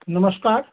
नमस्कार